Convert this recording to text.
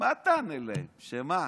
מה תענה להם, שמה?